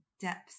depth